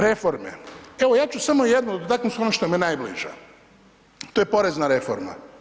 Reforme, evo ja ću samo jednu dotaknut ono što mi je najbliža, to je porezna reforma.